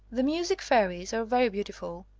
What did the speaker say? the music fairies are very beautiful.